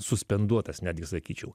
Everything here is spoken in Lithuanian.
suspenduotas netgi sakyčiau